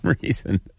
reason